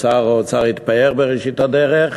שר האוצר התפאר בראשית הדרך,